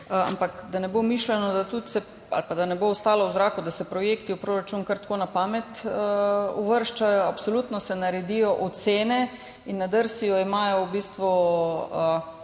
ampak da ne bo mišljeno ali pa da ne bo ostalo v zraku, da se projekti v proračun kar tako na pamet uvrščajo. Absolutno se naredijo ocene in na DRSI imajo v bistvu,